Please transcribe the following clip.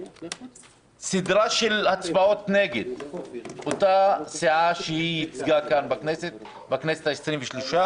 סדרה של הצבעות נגד אותה סיעה שהיא ייצגה כאן בכנסת העשרים-ושלוש.